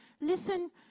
listen